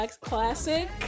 classic